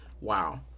Wow